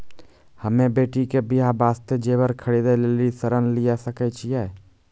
हम्मे बेटी के बियाह वास्ते जेबर खरीदे लेली ऋण लिये सकय छियै?